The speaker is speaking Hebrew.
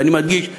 ואני מדגיש,